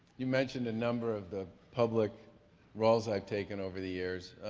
you mentioned a number of the public roles i've taken over the years,